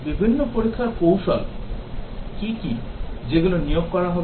বিভিন্ন পরীক্ষার কৌশল কি কি যেগুলো নিয়োগ করা হবে